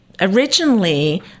originally